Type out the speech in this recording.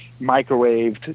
microwaved